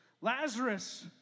Lazarus